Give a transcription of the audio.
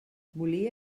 volia